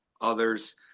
others